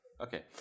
Okay